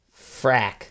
Frack